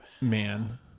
man